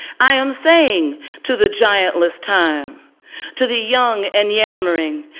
i am saying to the giantless time to the young and yammering,